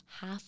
half